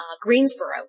Greensboro